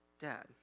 dad